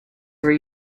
were